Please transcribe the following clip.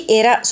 era